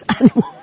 animal